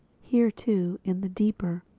here too, in the deeper,